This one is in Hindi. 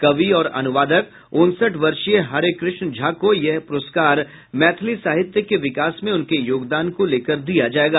कवि और अनुवादक उनसठ वर्षीय हरेकृष्ण झा को यह प्रस्कार मैथिली साहित्य के विकास में उनके योगदान को लेकर दिया जायेगा